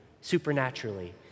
supernaturally